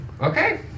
Okay